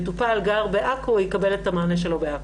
מטופל גר בעכו, יקבל את המענה שלו בעכו.